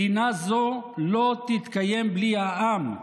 מדינה זו לא תתקיים בלי העם,